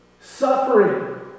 suffering